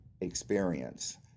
experience